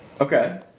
Okay